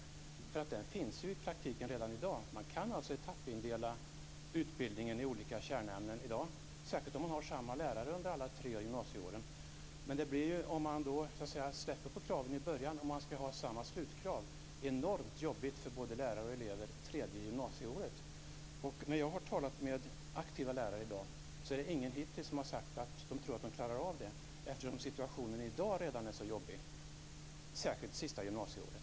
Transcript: Den finns ju i praktiken redan i dag. Man kan alltså etappindela utbildningen i olika kärnämnen i dag, särskilt om man har samma lärare under alla tre gymnasieåren. Men det blir ju, om man släpper på kraven i början och skall ha samma slutkrav, enormt jobbigt för både lärare och elever det tredje gymnasieåret. När jag har talat med aktiva lärare i dag är det hittills ingen som har sagt att de tror att de klarar av detta eftersom situationen redan i dag är så jobbig, särskilt det sista gymnasieåret.